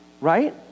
Right